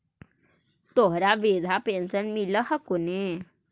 तोहरा वृद्धा पेंशन मिलहको ने?